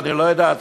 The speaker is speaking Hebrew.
או אני לא יודע,